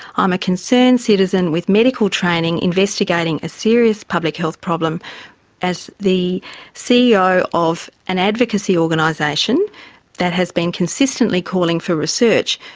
um a concerned citizen with medical training investigating a serious public health problem as the ceo of an advocacy organisation that has been consistently calling for research.